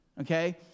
Okay